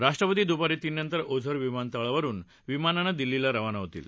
राष्ट्रपती दुपारी तीन नंतर ओझर विमानतळावरून विमानानं दिल्लीला रवाना होतील